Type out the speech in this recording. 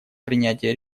принятия